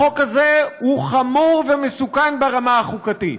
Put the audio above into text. החוק הזה הוא חמור ומסוכן ברמה החוקתית,